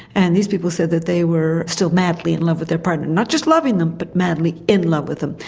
and these people said that they were still madly in love with their partner. not just loving them but madly in love with them.